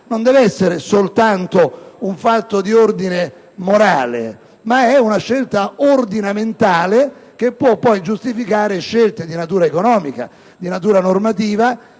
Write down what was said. non deve essere soltanto un fatto di ordine morale, ma una scelta ordinamentale che può poi giustificare scelte di natura economica e normativa,